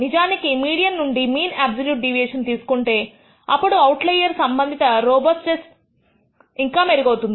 నిజానికి మీడియన్ నుండి mean absolute deviation తీసుకుంటే అప్పుడు అవుట్లయర్ సంబంధిత రోబొస్ట్నెస్ ఇంకా మెరుగవుతుంది